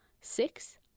Six